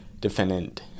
defendant